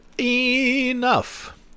enough